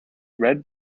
red